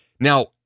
Now